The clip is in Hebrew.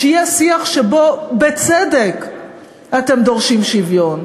שיהיה שיח שבו בצדק אתם דורשים שוויון.